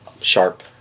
Sharp